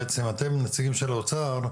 בעצם אתם הנציגים של האוצר,